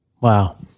wow